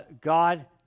God